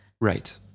Right